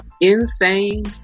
Insane